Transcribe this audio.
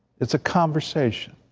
it's a conversation,